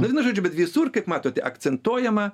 na vienu žodžiu bet visur kaip matote akcentuojama